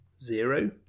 zero